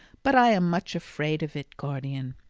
but i am much afraid of it, guardian.